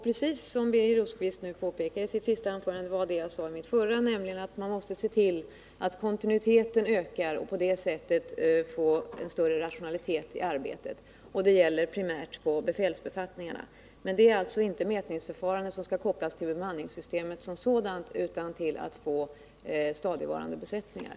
Precis det som Birger Rosqvist påpekade i sitt senaste anförande sade jag i mitt förra: Man måste se till att kontinuiteten ökar och på det sättet få till stånd en större rationalitet i arbetet. Det gäller primärt på befälsbefattningarna. Mätningsförfarandet skall alltså inte kopplas till bemanningssystemet som sådant; det viktiga är att få stadigvarande besättningar.